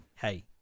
hey